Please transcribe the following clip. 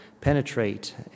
penetrate